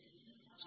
l When V0 then VV